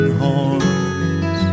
horns